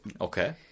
okay